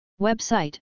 Website